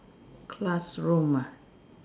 classroom ah